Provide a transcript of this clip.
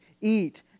eat